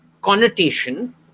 connotation